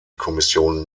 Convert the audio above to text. kommission